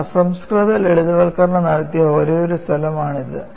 നമ്മൾ അസംസ്കൃത ലളിതവൽക്കരണം നടത്തിയ ഒരേയൊരു സ്ഥലമാണിത്